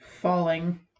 falling